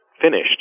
finished